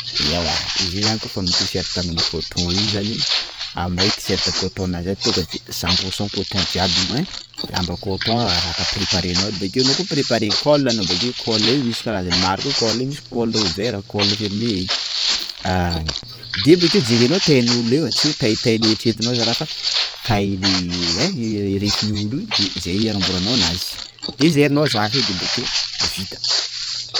Ewa izy io zany kôfa amin t-shirt amin'ny coton io zany am- maha hoe t-shirt coton anazy tonga de cent pour cent coton jiaby io; ein! _x000D_ Lamba coton zaka prépare-nao bakeo nao koa i- préparé col anao bakeo col io misy karazany maro koa col io; misy col ouvert, col fermé de bakeo jerenano taille-ny olona io e! _x000D_ Tsy hoe taille taille le eritreretinao raha io fa: fa taille le ein! _x000D_ Refin'io olona io de zay anamboaranao anazy! _x000D_ De zairinao zaka io; de bakeo; vita.